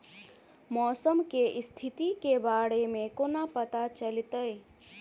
मौसम केँ स्थिति केँ बारे मे कोना पत्ता चलितै?